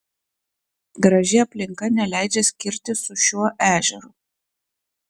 graži aplinka neleidžia skirtis su šiuo ežeru